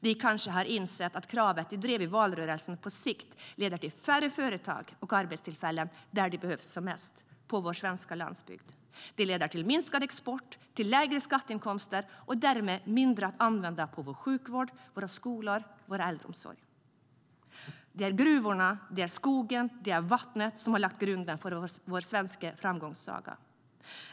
De kanske har insett att kravet de drev i valrörelsen på sikt leder till färre företag och arbetstillfällen där de behövs som mest, på vår svenska landsbygd. Det leder till minskad export, till lägre skatteinkomster och därmed till mindre pengar till vår sjukvård, våra skolor, vår äldreomsorg. Det är gruvorna, det är skogen och det är vattnet som har lagt grunden för vår svenska framgångssaga.